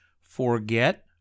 Forget